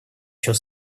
счет